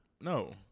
No